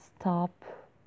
stop